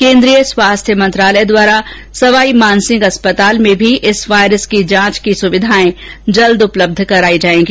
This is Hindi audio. केंद्रीय स्वास्थ्य मंत्रालय द्वारा सवाई मानसिंह अस्पताल में भी इस वायरस की जांच सुविधाएं जल्द उपलब्ध कराई जाएगी